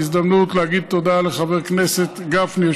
זו הזדמנות להגיד תודה לחבר הכנסת גפני,